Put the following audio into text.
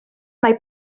mae